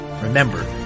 Remember